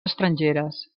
estrangeres